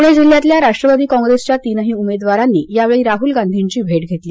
पुणे जिल्ह्यातल्या राष्ट्रवादी काँग्रेसच्या तीनही उमेदवारांनी यावेळी राहल गांधींची भेट घेतली